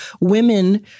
women